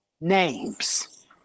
names